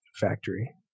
factory